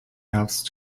herbst